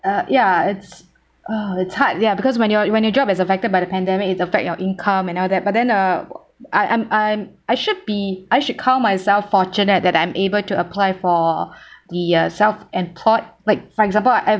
uh ya it's oh it's hard ya because when you're when your job is affected by the pandemic it affects your income and all that but then uh I am I I should be I should count myself fortunate that I'm able to apply for the self-employed like for example